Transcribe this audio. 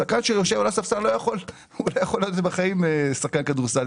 שחקן שיושב על הספסל לא יכול בחיים להיות שחקן כדורסל.